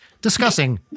discussing